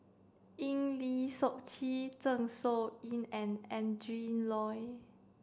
Eng Lee Seok Chee Zeng Shouyin and Adrin Loi